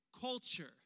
culture